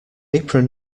apron